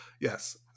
Yes